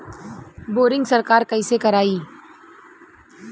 Boring सरकार कईसे करायी?